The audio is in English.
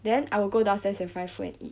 then I will go downstairs and find food and eat